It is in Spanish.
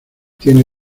tiene